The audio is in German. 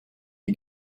die